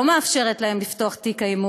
לא מאפשרת להם לפתוח את תיק האימוץ,